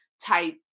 type